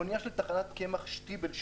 אונייה של טחנת קמח שטיבל,